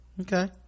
okay